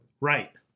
Right